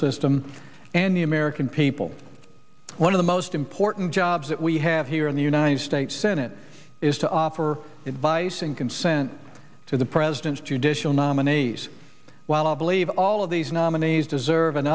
system and the american people one of the most important jobs that we have here in the united states senate is to offer advice and consent to the president's judicial nominees while i believe all of these nominees deserv